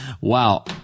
Wow